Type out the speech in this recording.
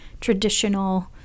traditional